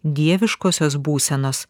dieviškosios būsenos